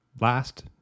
Last